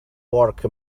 work